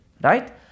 Right